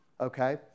okay